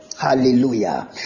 hallelujah